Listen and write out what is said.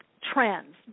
trends